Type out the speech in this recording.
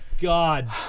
God